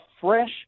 fresh